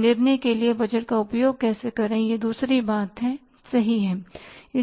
निर्णय के लिए बजट का उपयोग कैसे करें यह दूसरी बात है सही है